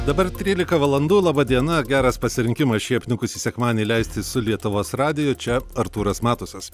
dabar trylika valandų laba diena geras pasirinkimas šį apniukusį sekmadienį leisti su lietuvos radiju čia artūras matusas